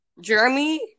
Jeremy